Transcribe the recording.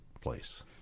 place